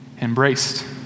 embraced